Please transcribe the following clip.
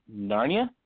Narnia